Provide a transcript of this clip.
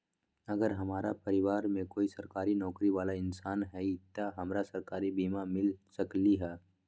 अगर हमरा परिवार में कोई सरकारी नौकरी बाला इंसान हई त हमरा सरकारी बीमा मिल सकलई ह?